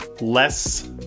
less